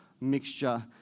mixture